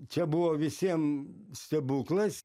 čia buvo visiem stebuklas